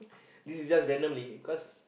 this is just randomly cause